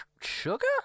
sugar